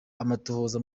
amatohoza